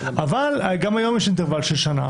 אבל גם היום יש אינטרוול של שנה.